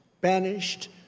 banished